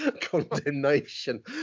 condemnation